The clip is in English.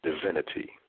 divinity